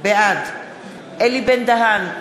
בעד אלי בן-דהן,